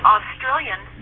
Australian